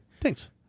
thanks